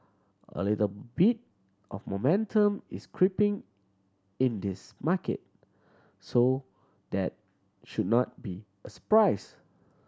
a little bit of momentum is creeping in this market so that should not be a surprise